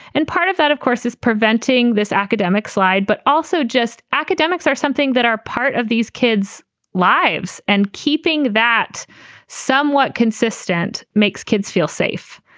and part of that, of course, is preventing this academic slide. but also just academics are something that are part of these kids lives. and keeping that somewhat consistent makes kids feel safe.